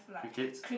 crickets